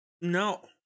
No